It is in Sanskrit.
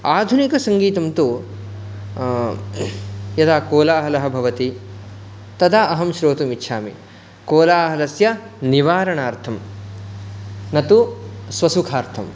आधुनिकसङ्गीतं तु यदा कोलाहलः भवति तदा अहं श्रोतुम् इच्छामि कोलाहलस्य निवारणार्थं न तु स्वसुखार्थं